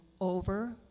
over